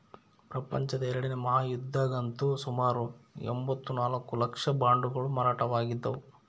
ಪ್ರಪಂಚದ ಎರಡನೇ ಮಹಾಯುದ್ಧದಗಂತೂ ಸುಮಾರು ಎಂಭತ್ತ ನಾಲ್ಕು ಲಕ್ಷ ಬಾಂಡುಗಳು ಮಾರಾಟವಾಗಿದ್ದವು